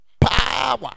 Power